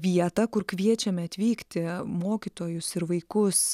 vietą kur kviečiame atvykti mokytojus ir vaikus